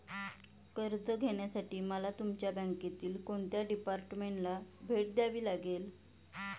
कर्ज घेण्यासाठी मला तुमच्या बँकेतील कोणत्या डिपार्टमेंटला भेट द्यावी लागेल?